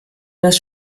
das